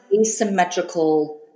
asymmetrical